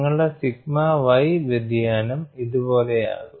നിങ്ങളുടെ sigma y വ്യതിയാനം ഇതുപോലെയാകും